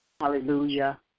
Hallelujah